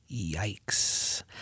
Yikes